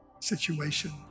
situation